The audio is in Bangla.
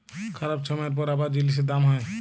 খারাপ ছময়ের পর আবার জিলিসের দাম হ্যয়